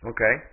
Okay